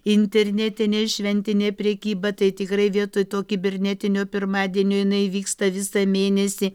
internetinė šventinė prekyba tai tikrai vietoj to kibernetinio pirmadienio jinai vyksta visą mėnesį